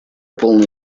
полной